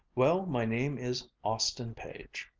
well, my name is austin page.